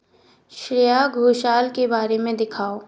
श्रेया घोषाल के बारे में दिखाओ